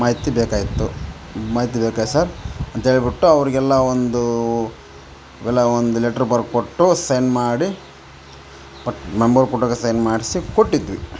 ಮಾಹಿತಿ ಬೇಕಾಗಿತ್ತು ಮಾಹಿತಿ ಬೇಕಾಗಿತ್ ಸರ್ ಅಂತೇಳ್ಬುಟ್ಟು ಅವರಿಗೆಲ್ಲ ಒಂದು ಅವೆಲ್ಲ ಒಂದು ಲೆಟ್ರ್ ಬರ್ಕೊಟ್ಟು ಸೈನ್ ಮಾಡಿ ಕೊಟ್ ಮೆಂಬರ್ ಜೊತೆಗ ಸೈನ್ ಮಾಡಿಸಿ ಕೊಟ್ಟಿದ್ವಿ